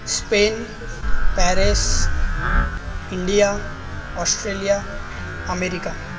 Spain Paris India Australia America